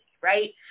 right